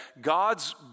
God's